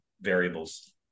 variables